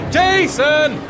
Jason